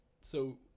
So-